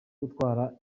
gutwara